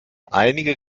einige